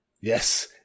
Yes